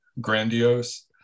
grandiose